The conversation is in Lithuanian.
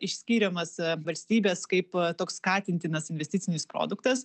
išskiriamas valstybės kaip toks skatintinas investicinis produktas